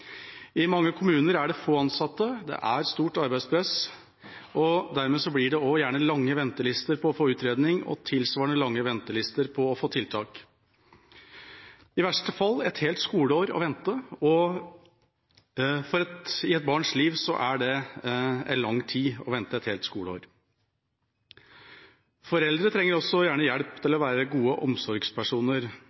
I mange kommuner er det få ansatte, det er stort arbeidspress, og dermed blir det gjerne også lange ventelister for å få utredning og tilsvarende lange ventelister for å få tiltak. I verste fall blir det et helt skoleår å vente, og i et barns liv er det en lang tid å vente et helt skoleår. Foreldre trenger også gjerne hjelp til å være gode omsorgspersoner.